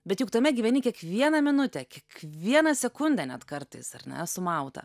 bet juk tame gyveni kiekvieną minutę kiekvieną sekundę net kartais ar ne sumautą